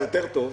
היה יותר טוב.